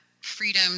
freedom